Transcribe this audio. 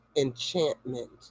enchantment